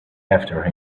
after